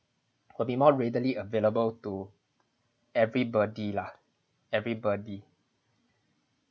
will be more readily available to everybody lah everybody